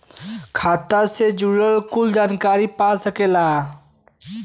खाता से जुड़ल कुल जानकारी पा सकेला